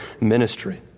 ministry